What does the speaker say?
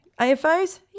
AFOs